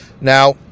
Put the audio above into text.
Now